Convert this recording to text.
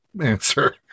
answer